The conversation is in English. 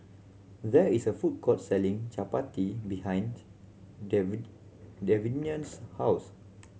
there is a food court selling Chapati behind David Davion's house